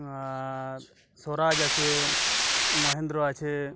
আর স্বরাজ আছে মহেন্দ্র আছে